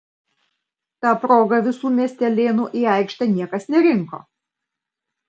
ta proga visų miestelėnų į aikštę niekas nerinko